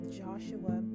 joshua